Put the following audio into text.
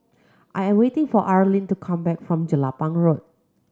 I am waiting for Arleen to come back from Jelapang Road